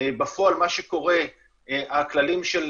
בפועל מה שקורה, הכללים של